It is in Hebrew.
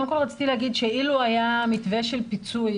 קודם כל רציתי להגיד שאילו היה מתווה של פיצוי,